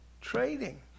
trading